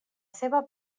seva